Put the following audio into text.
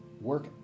work